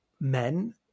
men